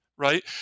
right